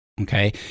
Okay